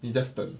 你 just 等